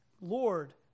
Lord